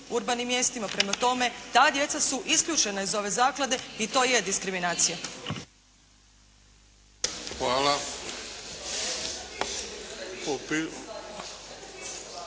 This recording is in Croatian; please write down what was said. urbanim mjestima. Prema tome, ta djeca su isključena iz ove zaklade i to je diskriminacija.